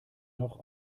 noch